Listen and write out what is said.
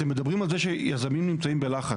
אתם מדברים על זה שיזמים נמצאים בלחץ.